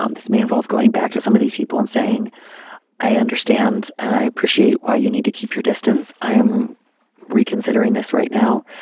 um this may involve going back to some of these people and saying i understand and i appreciate why you need to keep your distance. i am reconsidering this right now.